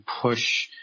push